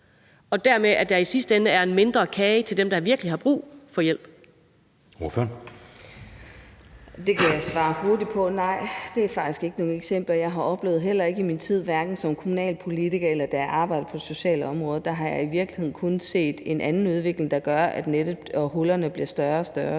(Jeppe Søe): Ordføreren. Kl. 11:46 Charlotte Broman Mølbæk (SF): Det kan jeg svare hurtigt på: Nej, det er faktisk ikke nogle eksempler, jeg har oplevet, heller ikke i min tid som kommunalpolitiker, eller da jeg arbejdede på socialområdet. Jeg har i virkeligheden kun set en anden udvikling, der gør, at hullerne i nettet bliver større og større,